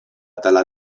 dalla